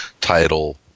title